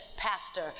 pastor